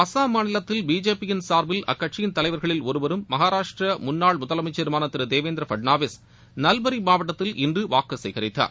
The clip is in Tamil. அசாம் மாநிலத்தில் பிஜேபியின் சார்பில் அக்கட்சியின் தலைவர்களில் ஒருவரும் மகாராஷ்டிரா முன்னாள் முதலமைச்சருமான திரு தேவேந்திர பட்னாவிஸ் நல்பரி மாவட்டத்தில் இன்று வாக்கு சேகரித்தார்